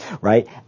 right